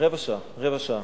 רבע שעה.